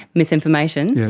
misinformation?